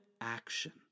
action